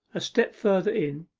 a step further in,